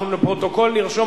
אנחנו לפרוטוקול נרשום.